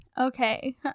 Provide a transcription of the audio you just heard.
Okay